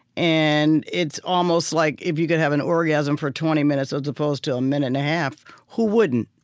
and it's almost like if you could have an orgasm for twenty minutes as opposed to a minute-and-a-half, who wouldn't?